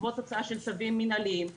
בעקבות הוצאה של צווים מנהליים,